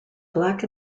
black